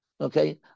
Okay